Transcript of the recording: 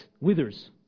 withers